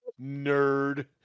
nerd